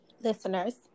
listeners